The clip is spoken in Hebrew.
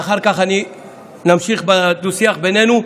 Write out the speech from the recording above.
ואחר כך נמשיך בדו-שיח בינינו.